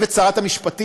לצוות שרת המשפטים,